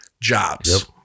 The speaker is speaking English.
jobs